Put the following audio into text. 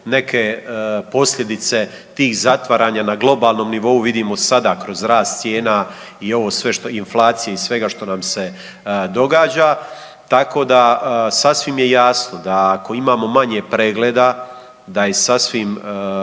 neke posljedice tih zatvaranja na globalnom nivou vidimo sada kroz rast cijena i ovo sve što, inflacije i svega što nam se događa. Tako da sasvim je jasno da ako imamo manje pregleda, da je sasvim